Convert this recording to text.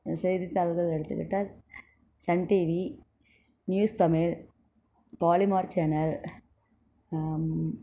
செய்தித்தாள்கள் எடுத்துக்கிட்டால் Sun TV news Tamil Polimer channel